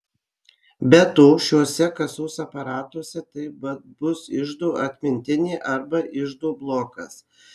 be to šiuose kasos aparatuose taip pat bus iždo atmintinė arba iždo blokas